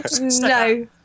No